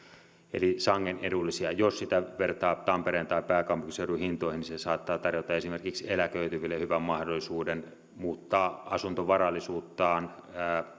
eli sangen ovat edullisia jos vertaa tampereen tai pääkaupunkiseudun hintoihin niin ne saattavat tarjota esimerkiksi eläköityville hyvän mahdollisuuden muuttaa asuntovarallisuuttaan